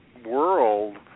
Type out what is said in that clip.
world